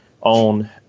on—